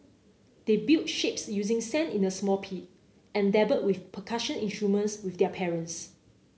they built shapes using sand in a small pit and dabble with percussion instruments with their parents